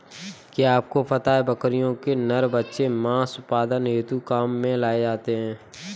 क्या आपको पता है बकरियों के नर बच्चे मांस उत्पादन हेतु काम में लाए जाते है?